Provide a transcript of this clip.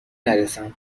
نرسم